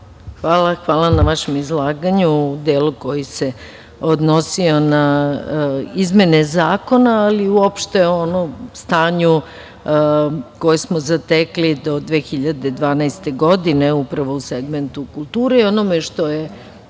Hvala na vašem izlaganju u delu koji se odnosio na izmene zakona, ali i uopšte na ono stanje koje smo zatekli do 2012. godine, upravo u segmentu kulture i na onome što je